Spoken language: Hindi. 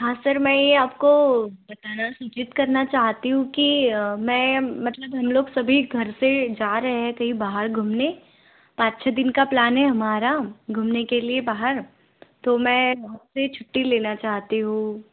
हाँ सर मैं ये आपको बताना सूचित करना चाहती हूँ कि मैं मतलब हम लोग सभी घर से जा रहे है कहीं बाहर घूमने पाँच छः दिन का प्लान है हमारा घूमने के लिए बाहर तो मैं वहाँ से छुट्टी लेना चाहती हूँ